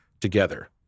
together